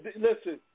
Listen